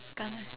gonna